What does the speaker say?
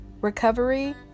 recovery